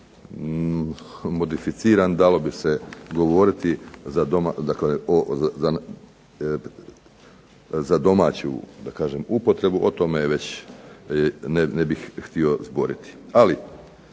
modificiran dalo bi se govoriti za domaću da kažem upotrebu. O tome već ne bih htio zboriti.